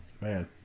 Man